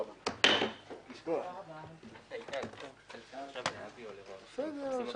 הישיבה ננעלה בשעה 14:40.